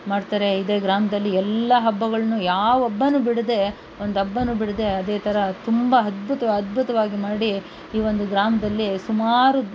ಮಾಡ್ತಾರೆ ಇದೇ ಗ್ರಾಮದಲ್ಲಿ ಎಲ್ಲ ಹಬ್ಬಗಳನ್ನು ಯಾವಬ್ಬವೂ ಬಿಡದೇ ಒಂದಬ್ಬವೂ ಬಿಡದೇ ಅದೇ ಥರ ತುಂಬ ಅದ್ಭುತ ಅದ್ಭುತವಾಗಿ ಮಾಡಿ ಈ ಒಂದು ಗ್ರಾಮದಲ್ಲಿ ಸುಮಾರು